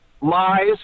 lies